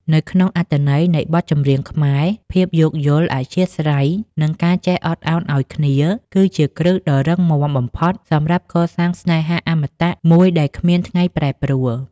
នៅក្នុងអត្ថន័យនៃបទចម្រៀងខ្មែរ ភាពយោគយល់ អធ្យាស្រ័យ និងការចេះអត់ឱនឱ្យគ្នា គឺជាគ្រឹះដ៏រឹងមាំបំផុតសម្រាប់កសាងស្នេហាអមតៈមួយដែលគ្មានថ្ងៃប្រែប្រួល។